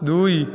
ଦୁଇ